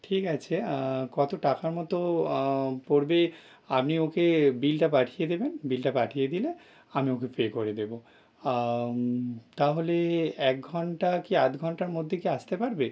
ঠিক আছে কত টাকার মতো পড়বে আপনি ওকে বিলটা পাঠিয়ে দেবেন বিলটা পাঠিয়ে দিলে আমি ওকে পে করে দেবো তাহলে এক ঘণ্টা কি আধ ঘণ্টার মধ্যে কি আসতে পারবে